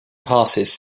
passes